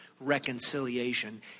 reconciliation